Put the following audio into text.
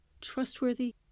trustworthy